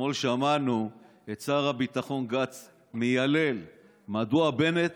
אתמול שמענו את שר הביטחון גנץ מיילל מדוע בנט